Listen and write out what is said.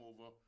over